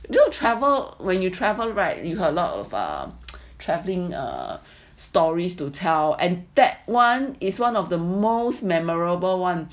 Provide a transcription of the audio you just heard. when you travel when you travel right with a lot of or travelling or stories to tell and that one is one of the most memorable [one]